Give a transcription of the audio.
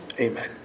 Amen